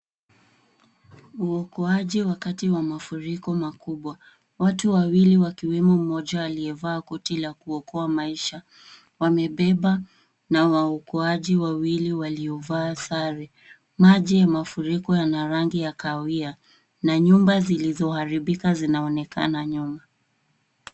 Muokoaji wakati wa mafuriko makubwa. Watu wawili wakiwemo mmoja aliyevaa koti la kuokoa maisha, wamebeba na waokoaji wawili waliovaa sare. Maji ya mafuriko yana rangi ya kahawia na nyumba zilizoharibika zinaonekana nyuma.